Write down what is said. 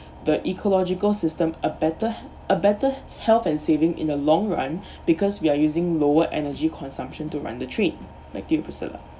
the ecological system a better h~ a better h~ health and saving in the long run because we are using lower energy consumption to run the trip back to you priscilla